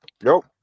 Nope